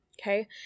Okay